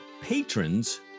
patrons